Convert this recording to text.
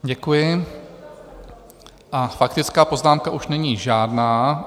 Děkuji a faktická poznámka už není žádná.